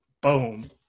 boom